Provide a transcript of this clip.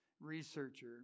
researcher